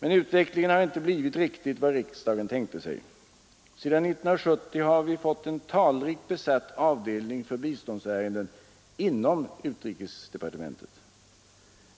Utvecklingen har inte blivit riktigt vad riksdagen tänkte sig. Sedan 1970 har vi fått en talrikt besatt avdelning för biståndsärenden inom utrikesdepartementet.